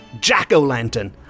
Jack-O-Lantern